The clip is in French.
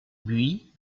buis